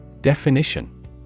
Definition